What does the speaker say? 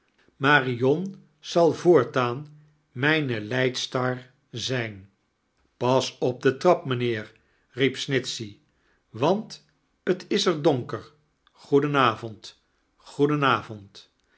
marion zal voortaan mijne leidstar zijn pas op de trap mijnheer i riep snitchey want t is er doniker goeden